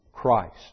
Christ